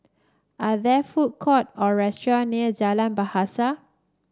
are there food court or restaurant near Jalan Bahasa